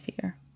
fear